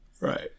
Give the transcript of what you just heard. Right